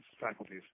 faculties